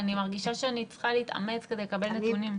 אני מרגישה שאני צריכה להתאמץ כדי לקבל נתונים.